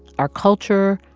our culture,